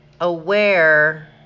aware